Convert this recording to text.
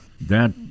That-